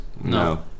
No